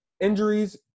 Injuries